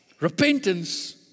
Repentance